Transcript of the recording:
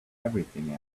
everything